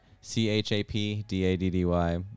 C-H-A-P-D-A-D-D-Y